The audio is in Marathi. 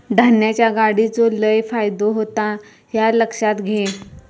धान्याच्या गाडीचो लय फायदो होता ह्या लक्षात घे